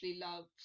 loves